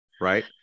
right